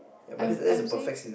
I'm I'm seeing